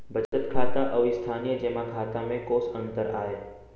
बचत खाता अऊ स्थानीय जेमा खाता में कोस अंतर आय?